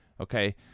okay